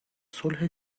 صلح